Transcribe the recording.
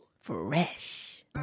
Fresh